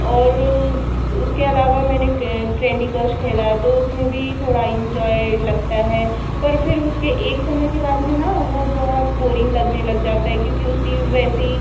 और उसके अलावा मैंने क्रैंडी कश खेला है तो उसमें भी थोड़ा इन्जॉय लगता है पर फिर उसके एक समय के बाद में न वह बहुत बोरिंग लगने लग जाता है क्योंकि उसी वैसे ही